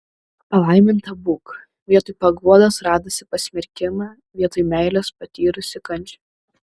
palaiminta būk vietoj paguodos radusi pasmerkimą vietoj meilės patyrusi kančią